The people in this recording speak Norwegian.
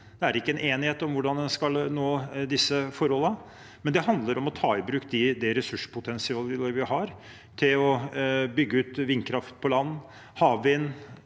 Det er ikke enighet om hvordan en skal få til disse løsningene. Det handler om å ta i bruk det ressurspotensialet vi har, til å bygge ut vindkraft på land, havvind,